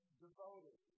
devoted